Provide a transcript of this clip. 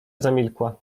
zamilkła